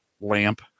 lamp